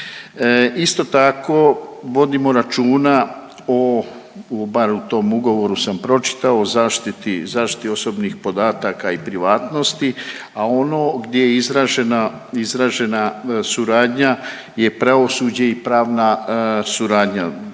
Isto tako vodimo računa o, bar u tom ugovoru sam pročitao, zaštiti, zaštiti osobnih podataka i privatnosti, a ono gdje je izražena, izražena suradnja je pravosuđe i pravna suradnja.